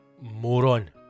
moron